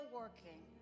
working